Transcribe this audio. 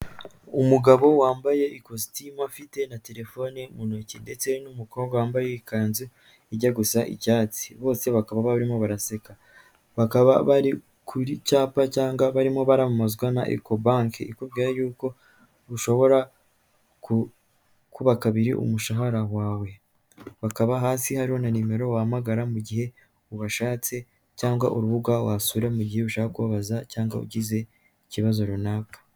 Umugabo wambaye ikositimu afite na telefone mu ntoki ndetse n'umukobwa wambaye ikanzu ijya gusa icyatsi, bose bakaba barimo baraseka. Bakaba bari kuri cyapa cyangwa barimo baramazwa na ecobank ikubwira yuko ushobora gukuba kabiri umushahara wawe bakaba hasi ha na nimero wahamagara mu gihe ubashatse cyangwa urubuga wasura mu gihe ushaka kubabaza cyangwa ugize ikibazo runaka.